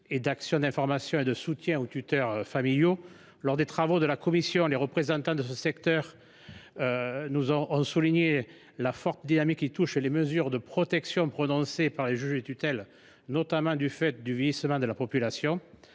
d’actions d’information et de soutien aux tuteurs familiaux. Lors des travaux de la commission, les représentants de ce secteur ont souligné la forte dynamique du nombre des mesures de protection prononcées par les juges des tutelles, notamment du fait du vieillissement de la population.